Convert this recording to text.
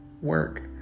work